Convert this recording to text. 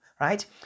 right